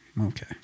Okay